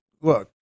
look